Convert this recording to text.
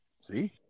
See